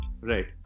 Right